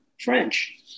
French